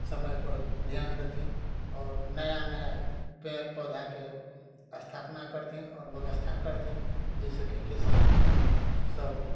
समय पर ध्यान देथिन आओर नया नया पेड़ पौधाके स्थापना करथिन आओर व्यवस्था करथिन जाहि सऽ की किसान सब